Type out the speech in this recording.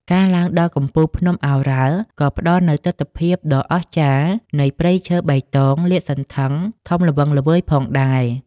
ការឡើងដល់កំពូលភ្នំឱរ៉ាល់ក៏ផ្តល់នូវទិដ្ឋភាពដ៏អស្ចារ្យនៃព្រៃឈើបៃតងលាតសន្ធឹងធំល្វឹងល្វើយផងដែរ។